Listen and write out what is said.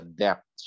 depth